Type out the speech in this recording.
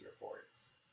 reports